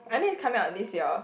I think it's coming out this year